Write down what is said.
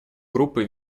группы